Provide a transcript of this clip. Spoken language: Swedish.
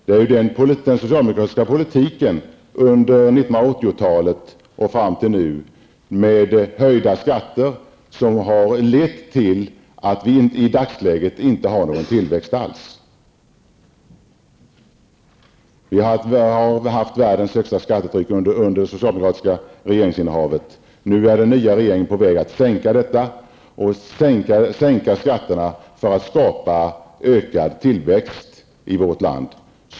Det är ju den socialdemokratiska politiken med skattehöjningar under 1980-talet och fram till nu som har lett till att vi i dagsläget inte har någon tillväxt alls. Under det socialdemokratiska regeringsinnehavet var skattetrycket i Sverige det högsta i världen. Nu är den nya regeringen på väg att sänka skatterna för att därmed skapa en ökad tillväxt i vårt land.